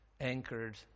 anchored